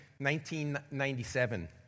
1997